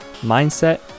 mindset